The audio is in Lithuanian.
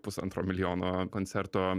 pusantro milijono koncerto